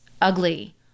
ugly